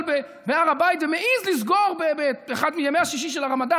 בהר הבית ומעז לסגור באחד מימי השישי של הרמדאן,